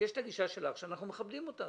יש את הגישה שלך שאנחנו מכבדים אותה.